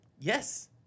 Yes